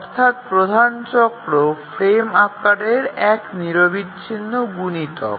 অর্থাৎ প্রধান চক্র ফ্রেম আকারের এক নিরবিচ্ছিন্ন গুনিতক